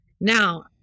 now